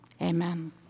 Amen